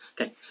Okay